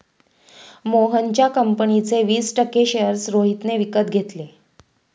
मोहनच्या कंपनीचे वीस टक्के शेअर्स रोहितने विकत घेतले